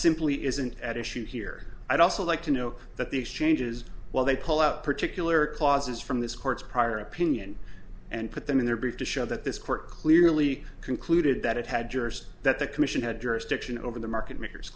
simply isn't at issue here i'd also like to know that the exchanges while they pull out particular clauses from this court's prior opinion and put them in their brief to show that this court clearly concluded that it had jurors that the commission had jurisdiction over the market makers